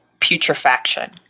putrefaction